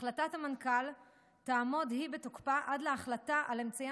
החלטת המנכ"ל תעמוד בתוקפה עד להחלטה על אמצעי